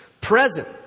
Present